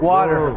Water